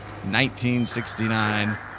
1969